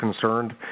concerned